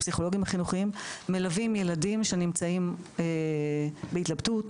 הפסיכולוגים החינוכיים מלווים ילדים שנמצאים בהתלבטות,